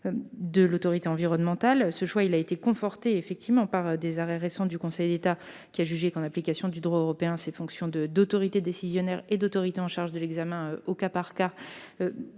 de l'autorité environnementale a été conforté par des arrêts récents du Conseil d'État. Celui-ci a jugé que, en application du droit européen, ces fonctions d'autorité décisionnaire et d'autorité chargée de l'examen au cas par cas